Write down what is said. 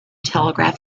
telegraph